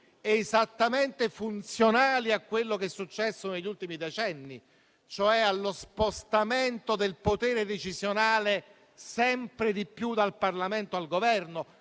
esattamente funzionali a quello che è successo negli ultimi decenni, e cioè allo spostamento del potere decisionale sempre di più dal Parlamento al Governo.